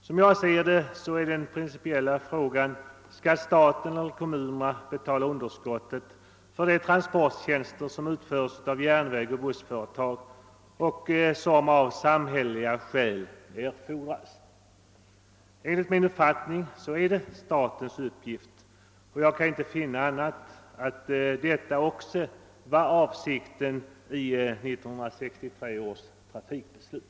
Som jag ser det är den principiella frågan: Skall staten eller kommunerna betala underskottet på de transporttjänster som utföres av järnväg och bussföretag och som av samhälleliga skäl erfordras? Enligt min uppfattning är det statens uppgift, och jag kan inte finna annat än att det också var avsikten med 1963 års trafikbeslut.